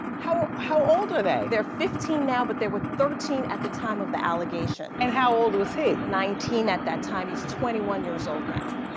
how how old are they? they're fifteen now but there were thirteen at the time of the allegation. and how old was he? nineteen at that time, he's twenty one years old now.